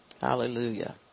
Hallelujah